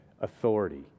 authority